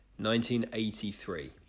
1983